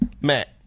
Matt